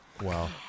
Wow